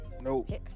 Nope